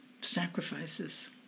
sacrifices